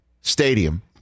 stadium